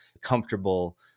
comfortable